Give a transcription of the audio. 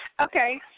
Okay